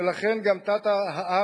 ולכן גם תת-הרתעה.